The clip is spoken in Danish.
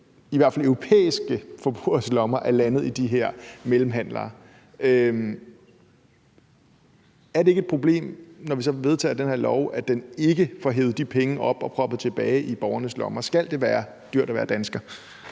i hvert fald fra europæiske forbrugeres lommer, er landet hos de her mellemhandlere. Er det ikke et problem, når vi så vedtager den her lov, at den ikke får hevet de penge op og proppet tilbage i borgernes lommer? Skal det være dyrt at være dansker?